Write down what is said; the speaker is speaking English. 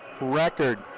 record